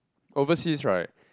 overseas right